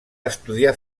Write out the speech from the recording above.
estudiar